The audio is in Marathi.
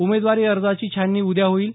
उमेदवारी अर्जांची छाननी उद्या होईल